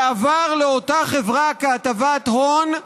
שהועבר לאותה חברה כהטבת הון,